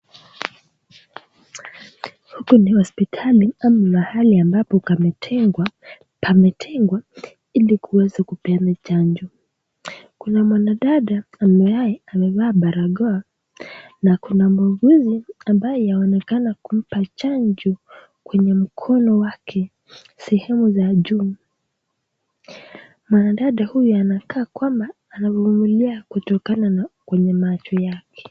Hapa ni hospitali ama mahali ambapo pametengwa ili kuweza kupeana chanjo kuna mwanadada ambaye ambaye amevaa barakoa na kuna muuguzi ambaye anaonekana kumpa chanjo kwenye mkono wake sehemu za juu. Mwanadada huyu anakaa kwamba anavumilia kutokana na kwenye macho yake.